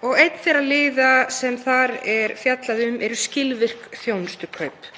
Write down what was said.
og meðal þeirra liða sem þar er fjallað um eru skilvirk þjónustukaup.